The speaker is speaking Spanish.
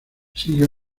sigue